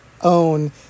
own